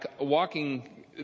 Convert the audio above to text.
walking